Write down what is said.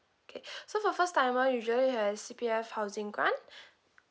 okay so for first timer usually has C_P_F housing grant